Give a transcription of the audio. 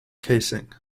casing